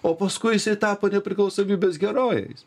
o paskui jisai tapo nepriklausomybės herojais